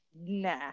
nah